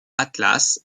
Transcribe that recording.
atlas